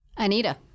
Anita